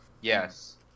Yes